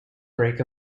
break